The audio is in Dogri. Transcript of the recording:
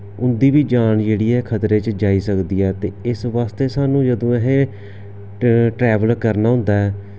उं'दी बी जान जेह्ड़ी ऐ खतरे च जाई सकदी ऐ ते इस आस्तै साह्नूं जदूं असें ट्रैवल करना होंदा ऐ